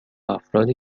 افرادی